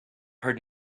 heard